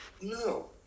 No